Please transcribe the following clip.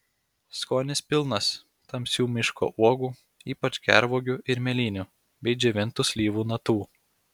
skonis pilnas tamsių miško uogų ypač gervuogių ir mėlynių bei džiovintų slyvų natų